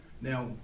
Now